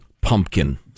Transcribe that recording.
pumpkin